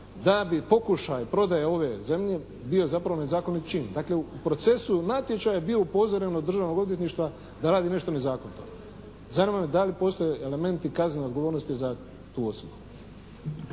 da bi pokušaj prodaje ove zemlje bio zapravo nezakonit čin. Dakle u procesu natječaja je bio upozoren od Državnog odvjetništva da radi nešto nezakonito. Zanima me da li postoje elementi kaznene odgovornosti za tu osobu?